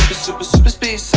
super-speed,